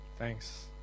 Thanks